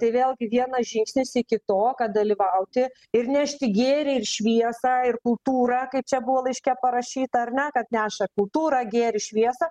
tai vėlgi vienas žingsnis iki to kad dalyvauti ir nešti gėrį ir šviesą ir kultūrą kaip čia buvo laiške parašyta ar ne kad neša kultūrą gėrį šviesą